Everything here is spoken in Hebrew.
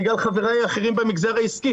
בגלל חבריי האחרים במגזר העסקי,